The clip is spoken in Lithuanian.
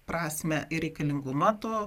prasmę ir reikalingumą to